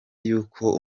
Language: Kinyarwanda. yuko